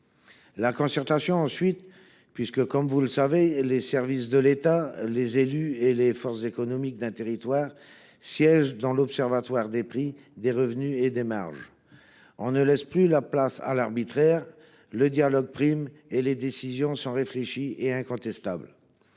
La concertation, ensuite, puisque, comme vous le savez, mes chers collègues, les services de l’État, les élus et les forces économiques d’un territoire siègent au sein de l’observatoire des prix, des marges et des revenus. Ainsi, on ne laisse plus la place à l’arbitraire, le dialogue prime et les décisions sont réfléchies et incontestables.